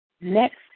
next